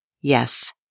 Yes